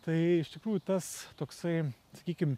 tai iš tikrųjų tas toksai sakykim